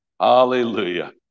Hallelujah